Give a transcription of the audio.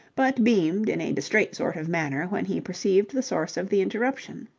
but beamed in a distrait sort of manner when he perceived the source of the interruption.